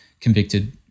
convicted